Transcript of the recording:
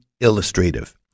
illustrative